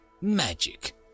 magic